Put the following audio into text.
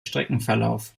streckenverlauf